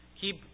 keep